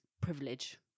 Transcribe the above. privilege